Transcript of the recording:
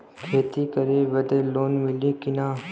खेती करे बदे लोन मिली कि ना?